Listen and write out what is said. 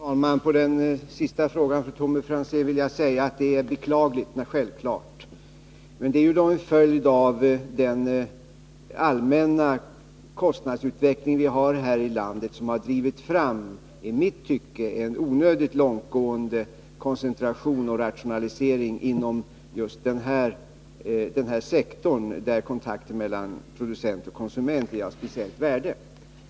Herr talman! På den senaste frågan från Tommy Franzén vill jag svara att det är beklagligt men självklart med denna koncentration. Den är en följd av den allmänna kostnadsutveckling vi har här i landet, som har drivit fram en i mitt tycke onödigt långtgående koncentration och rationalisering inom just den här sektorn, där kontakten mellan producent och konsument är av speciellt värde.